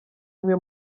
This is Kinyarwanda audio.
umwe